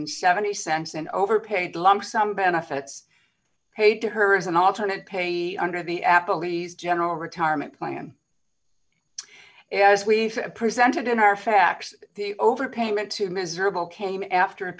and seventy cents and overpaid lump sum benefits paid to her as an alternate pay under the at the least general retirement plan as we've presented in our fax overpayment to miserable came after a